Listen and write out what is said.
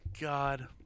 god